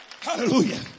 Hallelujah